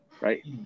right